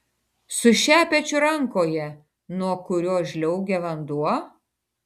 su šepečiu rankoje nuo kurio žliaugia vanduo